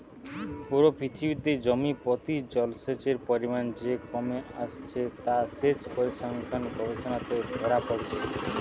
পুরো পৃথিবীতে জমি প্রতি জলসেচের পরিমাণ যে কমে আসছে তা সেচ পরিসংখ্যান গবেষণাতে ধোরা পড়ছে